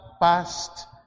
past